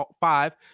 five